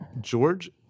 George